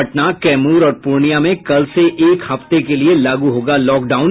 पटना कैमूर और पूर्णिया में कल से एक हफ्ते के लिए लागू होगा लॉकडाउन